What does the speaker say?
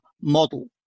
model